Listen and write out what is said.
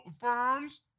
firms